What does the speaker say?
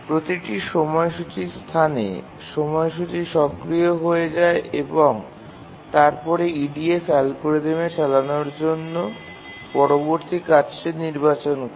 প্রতিটি সময়সূচী স্থানে সময়সূচী সক্রিয় হয়ে যায় এবং তারপরে EDF অ্যালগরিদমে চালানোর জন্য পরবর্তী কাজটি নির্বাচন করে